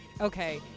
okay